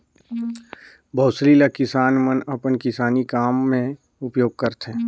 बउसली ल किसान मन अपन किसानी काम मे उपियोग करथे